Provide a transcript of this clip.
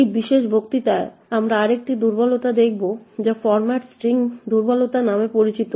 এই বিশেষ বক্তৃতায় আমরা আরেকটি দুর্বলতা দেখব যা ফরম্যাট স্ট্রিং দুর্বলতা নামে পরিচিত